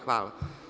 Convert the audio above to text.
Hvala.